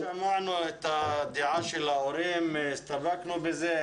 אנחנו שמענו את הדעה של ההורים והסתפקנו בזה.